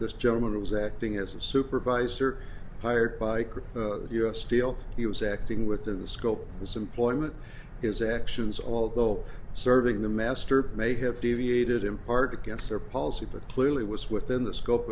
this gentleman was acting as a supervisor hired by crew of us steel he was acting within the scope his employment his actions although serving the master may have deviated in part against their policy but clearly was within the scope